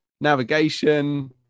navigation